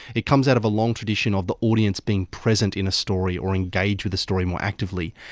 it comes out of a long tradition of the audience being present in a story or engaged with a story more actively.